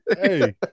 hey